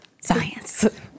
Science